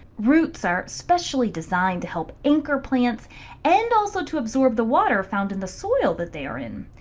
roots are specially designed to help anchor plants and also to absorb the water found in the soil that they are in.